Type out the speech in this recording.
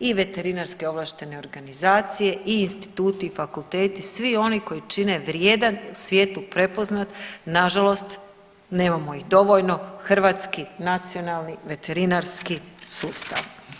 i veterinarske ovlaštene organizacije i instituti i fakulteti svi oni koji čine vrijedan u svijetu prepoznat, nažalost nemamo ih dovoljno hrvatski nacionalni veterinarski sustav.